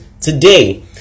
today